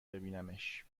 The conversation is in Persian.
ببینمش